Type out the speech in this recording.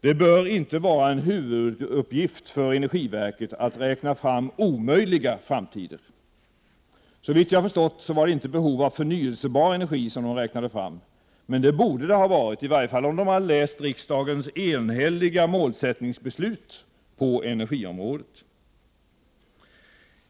Det bör inte vara en huvuduppgift för energiverket att räkna fram en omöjlig framtid. Såvitt jag förstår var det inte behov av förnyelsebar energi som man räknade fram. Men det borde det ha varit, i varje fall om man hade läst riksdagens enhälliga målsättningsbeslut på energiområdet.